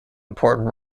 important